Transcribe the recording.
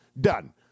Done